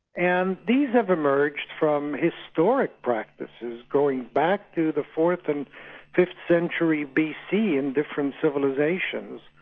and these have emerged from historic practices, going back to the fourth and fifth century bc in different civilisations,